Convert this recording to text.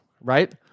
right